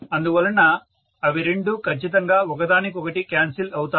అందువలన అవి రెండు ఖచ్చితంగా ఒకదానికొకటి క్యాన్సిల్ అవుతాయి